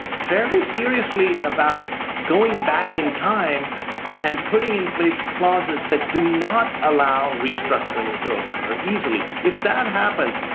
fairly seriously about going back in time and putting in place clauses that do not allow restructurings to occur easily. if that happens,